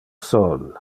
sol